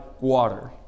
water